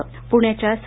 प्ण्याच्या स